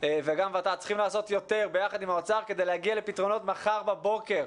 וגם ות"ת צריכים לעשות יותר יחד עם האוצר כדי להגיע לפתרונות מחר בבוקר.